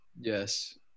Yes